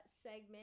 segment